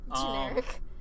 Generic